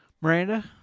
Miranda